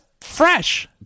fresh